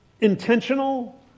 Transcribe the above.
intentional